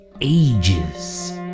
ages